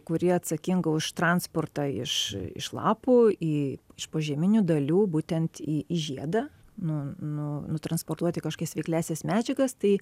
kuri atsakinga už transportą iš iš lapų į iš požeminių dalių būtent į į žiedą nu nu nutransportuoti kažkokias veikliąsias medžiagas tai